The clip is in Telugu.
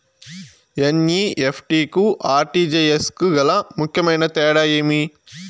ఎన్.ఇ.ఎఫ్.టి కు ఆర్.టి.జి.ఎస్ కు గల ముఖ్యమైన తేడా ఏమి?